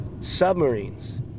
submarines